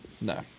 No